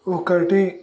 ఒకటి